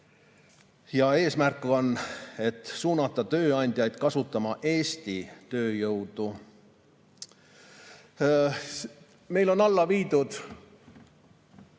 Eesmärk on suunata tööandjaid kasutama Eesti tööjõudu. Meil on alla viidud